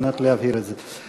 על מנת להבהיר את זה.